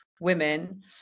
women